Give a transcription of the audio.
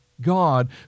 God